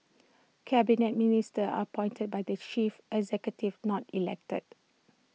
Cabinet Ministers are appointed by the chief executive not elected